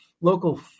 local